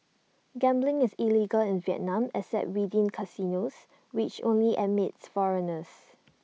gambling is illegal in Vietnam except within casinos which only admit foreigners